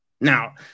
Now